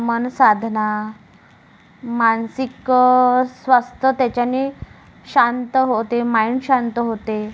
मन साधना मानसिक स्वास्थ्य त्याच्यानी शांत होते माइण शांत होते